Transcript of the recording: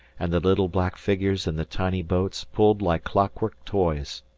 and the little black figures in the tiny boats pulled like clockwork toys.